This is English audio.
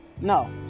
No